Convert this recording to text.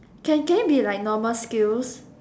can can it be like normal skills